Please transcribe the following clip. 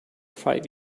five